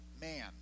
man